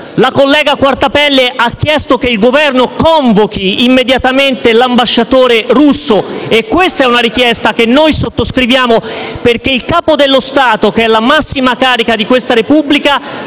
La collega Quartapelle ha chiesto che il Governo convochi immediatamente l'ambasciatore russo e anche questa è una richiesta che sottoscriviamo, perché il Capo dello Stato, che è la massima carica della Repubblica,